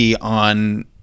on